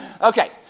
Okay